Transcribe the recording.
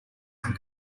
from